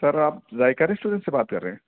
سر آپ ذائقہ ریسٹورنٹ سے بات کر رہے ہیں